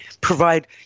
provide